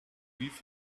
leave